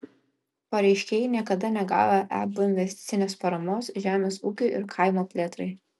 pareiškėjai niekada negavę eb investicinės paramos žemės ūkiui ir kaimo plėtrai